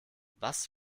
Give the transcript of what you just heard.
was